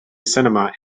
cinema